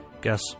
guess